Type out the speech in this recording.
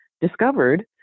discovered